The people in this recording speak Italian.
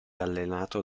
allenato